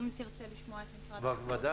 נציגת משרד